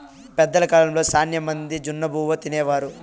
పెద్దల కాలంలో శ్యానా మంది జొన్నబువ్వ తినేవారు